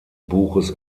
buches